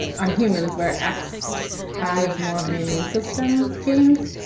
on humans where x has more of the immune system genes,